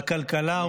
בכלכלה,